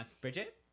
Bridget